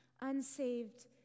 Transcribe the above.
unsaved